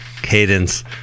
Cadence